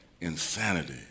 insanity